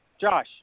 Josh